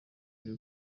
iyo